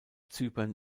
zypern